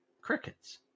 Crickets